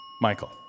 Michael